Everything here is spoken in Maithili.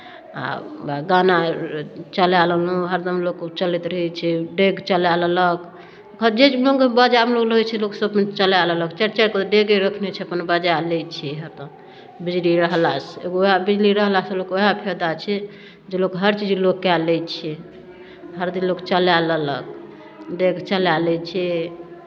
आ उएह गाना चलाए लेलहुँ हरदम लोकके चलैत रहै छै डेक चलाए लेलक जे बाजा मोन होइ छै लोकसभ अपन चलाए लेलक चारि चारि गो डेके रखने छै अपन बजाए लैत छै हरदम बिजली रहलासँ एगो उएह बिजली रहलासँ लोकके उएह फायदा छै जे लोक हर चीज लोक कए लैत छै हर दिन लोक चलाए लेलक डेक चलाए लैत छियै